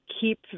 keep